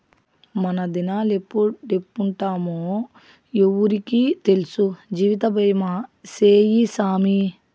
మనదినాలెప్పుడెప్పుంటామో ఎవ్వురికి తెల్సు, జీవితబీమా సేయ్యి సామీ